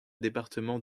département